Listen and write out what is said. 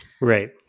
right